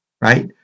right